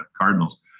Cardinals